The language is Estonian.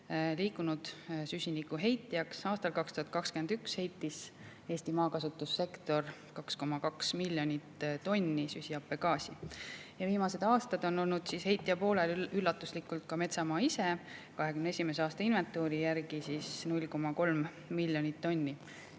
siduda, süsinikuheitjaks. Aastal 2021 heitis Eesti maakasutussektor 2,2 miljonit tonni süsihappegaasi. Viimased aastad on olnud heitja poolel üllatuslikult ka metsamaa ise, 2021. aasta inventuuri järgi [oli metsamaa heide] 0,3 miljonit tonni.